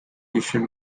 issued